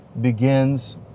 begins